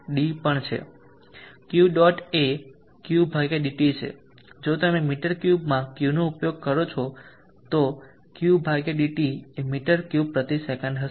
Q dot એ Q dt છે જો તમે મી3 માં Qનો ઉપયોગ કરો છો તો Q dt એ મીટર ક્યુબ પ્રતિ સેકંડ હશે